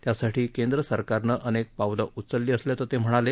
त्यासाठी केंद्र सरकारनं अनेक पावलं उचलली असल्याचं ते म्हणाले